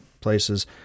places